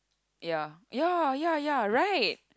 ya ya ya ya right